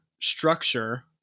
structure